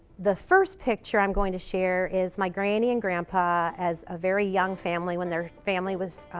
the first picture i'm going to share is my granny and grandpa as a very young family, when their family was